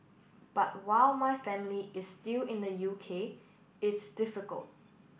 but while my family is still in the U K it's difficult